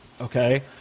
Okay